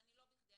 ולא בכדי,